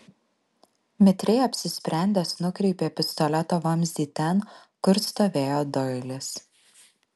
mitriai apsisprendęs nukreipė pistoleto vamzdį ten kur stovėjo doilis